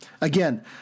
Again